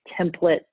template